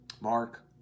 Mark